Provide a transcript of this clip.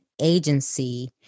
agency